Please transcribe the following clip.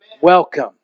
welcome